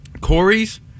Corey's